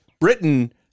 Britain